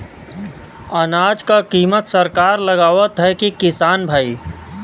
अनाज क कीमत सरकार लगावत हैं कि किसान भाई?